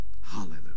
Hallelujah